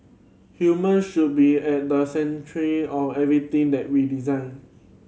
human should be at the century of everything that we design